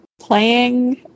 playing